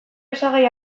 osagai